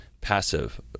passive